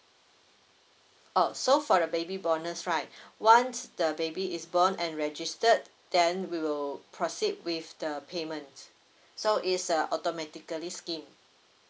oh so for the baby bonus right once the baby is born and registered then we will proceed with the payment so it's a automatically scheme